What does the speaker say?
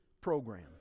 program